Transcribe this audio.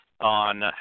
on